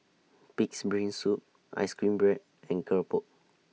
Pig'S Brain Soup Ice Cream Bread and Keropok